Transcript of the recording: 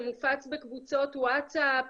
זה מופץ בקבוצות וואטסאפ,